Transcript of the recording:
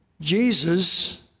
Jesus